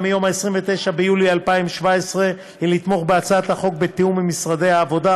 מיום 9 ביולי 2017 היא לתמוך בהצעת החוק בתיאום עם משרד העבודה,